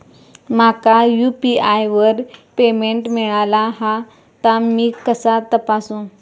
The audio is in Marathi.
माका यू.पी.आय वर पेमेंट मिळाला हा ता मी कसा तपासू?